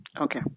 Okay